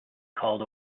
called